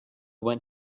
went